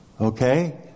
Okay